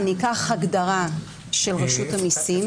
אומר: אני אקח הגדרה של רשות המסים,